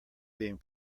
being